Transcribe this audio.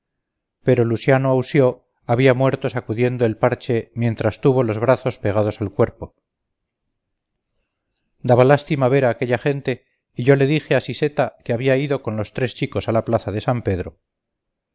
pero luciano aució había muerto sacudiendo el parche mientras tuvo los brazos pegados al cuerpo daba lástima ver a aquella gente y yo le dije a siseta que había ido con los tres chicos a la plaza de san pedro